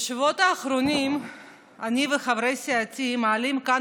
בשבועות האחרונים אני וחברי סיעתי מעלים כאן